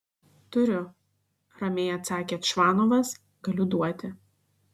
turiu ramiai atsakė čvanovas galiu duoti